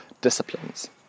disciplines